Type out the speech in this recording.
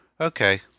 Okay